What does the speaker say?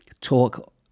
talk